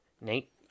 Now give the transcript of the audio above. nate